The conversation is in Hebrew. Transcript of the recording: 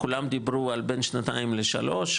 כולם דיברו על בין שנתיים לשלוש.